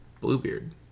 bluebeard